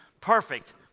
perfect